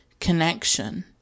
connection